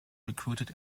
recruited